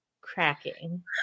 cracking